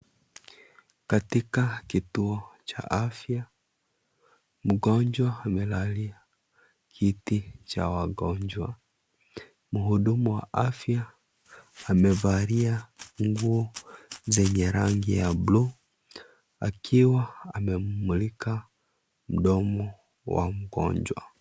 Katika kituo cha afya. Mgonjwa amelalia kiti cha wagonjwa. Mhudumu wa afya amevalia nguo zenye rangi ya bluu, akiwa amemlika mdomo wa mgonjwa.